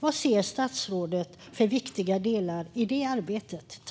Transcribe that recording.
Vad ser statsrådet för viktiga delar i det arbetet?